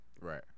Right